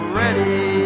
ready